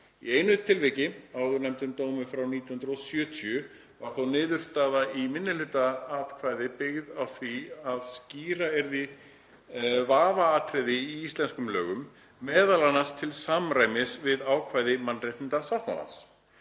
Í einu tilviki, áðurnefndum dómi frá 1970, var þó niðurstaða í minnihlutaatkvæði byggð á því að skýra yrði vafaatriði í íslenskum lögum meðal annars til samræmis við ákvæði mannréttindasáttmálans.